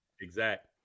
Exact